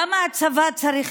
למה הצבא צריך